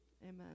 Amen